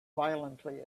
violently